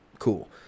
cool